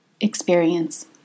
experience